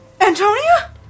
Antonia